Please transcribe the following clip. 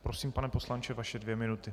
Prosím, pane poslanče, vaše dvě minuty.